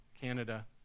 Canada